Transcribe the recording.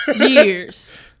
years